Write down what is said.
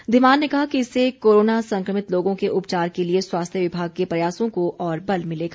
धीमान ने कहा कि इससे कोरोना संक्रमित लोगों के उपचार के लिए स्वास्थ्य विभाग के प्रयासों को और बल मिलेगा